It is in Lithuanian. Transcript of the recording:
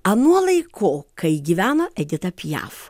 anuo laiku kai gyveno edita piaf